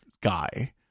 guy